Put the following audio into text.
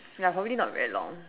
ya probably not very long